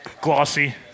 Glossy